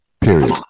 Period